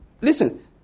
listen